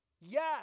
Yes